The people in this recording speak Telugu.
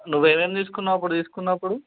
నువ్వు ఏమేం తీసుకున్నావు అప్పుడు తీసుకున్నప్పుడు